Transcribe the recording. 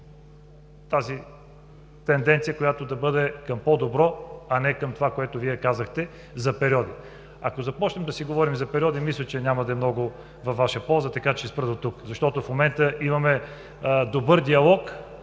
тази тенденция, която да бъде към по-добре, а не към това, което Вие казахте за периода. Ако започнем да си говорим за периоди, мисля, че няма да е много във Ваша полза, така че ще спра до тук. Защото в момента имаме добър диалог,